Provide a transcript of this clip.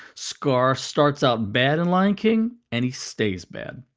scar starts out bad in lion king and he stays bad.